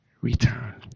return